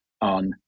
on